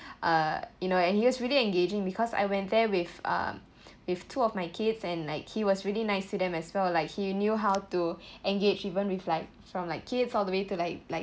uh you know and he was really engaging because I went there with um with two of my kids and like he was really nice to them as well like he knew how to engage even with like from like kids all the way to like like